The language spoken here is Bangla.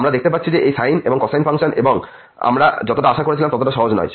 আমরা দেখতে পাচ্ছি এটি সাইন এবং কোসাইন ফাংশন থেকে আমরা যতটা আশা করেছিলাম ততটা সহজ নয়